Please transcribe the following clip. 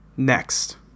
Next